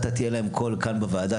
אתה תהיה להם קול כאן בוועדה,